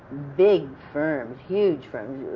big firms, huge firms